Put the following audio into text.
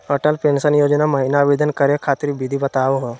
Atal pension Yojana महिना आवेदन करै खातिर विधि बताहु हो?